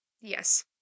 Yes